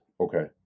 okay